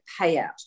payout